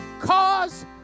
cause